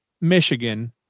Michigan